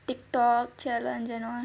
TikTok challenge and all